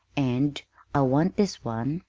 and i want this one.